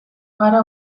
gara